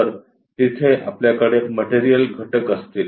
तर तिथे आपल्याकडे मटेरियल घटक असतील